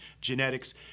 genetics